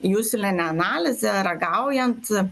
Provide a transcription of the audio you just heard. jūsline analize ragaujant